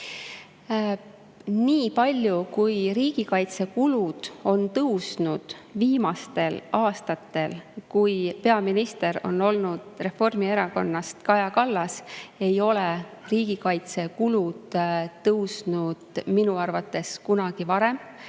Nii palju, kui riigikaitsekulud on tõusnud viimastel aastatel, kui peaminister on olnud Reformierakonnast Kaja Kallas, ei ole riigikaitsekulud tõusnud minu arvates kunagi varem.